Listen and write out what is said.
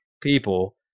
people